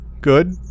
Good